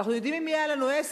ואנחנו יודעים עם מי היה לנו עסק.